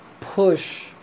push